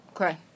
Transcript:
Okay